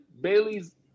Bailey's